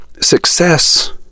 success